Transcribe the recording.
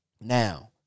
now